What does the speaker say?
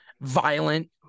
violent